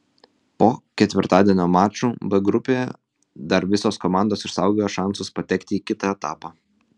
po ketvirtadienio mačų b grupėje dar visos komandos išsaugojo šansus patekti į kitą etapą